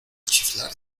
chiflar